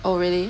oh really